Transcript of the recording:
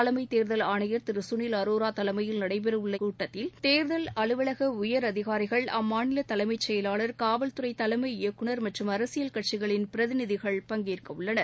தலைமைத் தேர்தல் ஆணையர் திரு சுனில் அரோரா தலைமையில் நடைபெற உள்ள கூட்டத்தில் தேர்தல் அலுவலக உயரதிகாரிகள் அம்மாநிலத் தலைமைச் செயலாளர் காவல்துறைத் தலைமை இயக்குநர் மற்றும் அரசியல் கட்சிகளின் பிரதிநிதிகள் பங்கேற்க உள்ளனர்